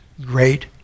Great